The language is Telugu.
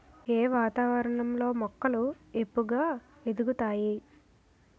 ఏ వాతావరణం లో మొక్కలు ఏపుగ ఎదుగుతాయి?